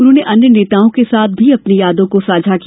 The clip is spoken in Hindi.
उन्होंने अन्य नेताओं के साथ भी अपनी यादों को साझा किया